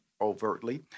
overtly